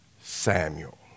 Samuel